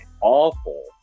awful